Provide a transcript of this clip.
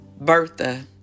Bertha